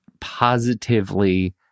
positively